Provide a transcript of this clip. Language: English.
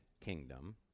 kingdom